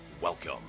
welcome